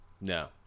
No